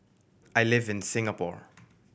I live in Singapore